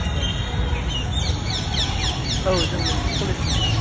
औ औ जों बेंटल कलेजनि सार